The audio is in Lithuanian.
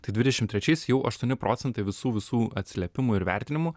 tai dvidešimt trečiais jau aštuoni procentai visų visų atsiliepimų ir vertinimų